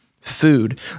food